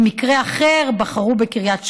במקרה אחר בחרו בקריית שמונה.